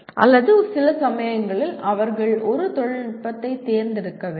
அல்லது சில சமயங்களில் அவர்கள் ஒரு தொழில்நுட்பத்தைத் தேர்ந்தெடுக்க வேண்டும்